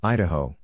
Idaho